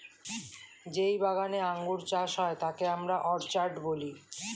যেই বাগানে আঙ্গুর চাষ হয় তাকে আমরা অর্চার্ড বলি